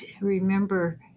remember